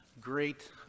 great